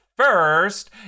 First